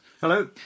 Hello